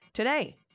Today